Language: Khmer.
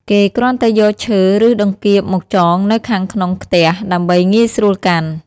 គេគ្រាន់តែយកឈើឬដង្កៀបមកចងនៅខាងក្នុងខ្ទះដើម្បីងាយស្រួលកាន់។